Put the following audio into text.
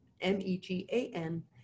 M-E-G-A-N